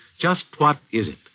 just what is